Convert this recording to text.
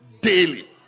daily